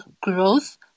Growth